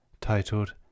titled